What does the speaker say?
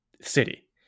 city